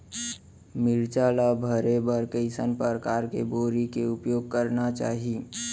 मिरचा ला भरे बर कइसना परकार के बोरी के उपयोग करना चाही?